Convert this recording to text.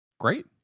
great